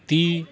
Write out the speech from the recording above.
ᱛᱤ